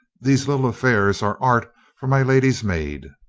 these little affairs are art for my lady's maid.